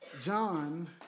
John